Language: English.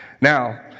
Now